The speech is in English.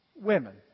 women